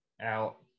Out